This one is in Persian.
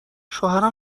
شوهرم